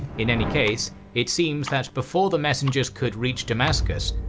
in any case, it seems that before the messengers could reach damascus,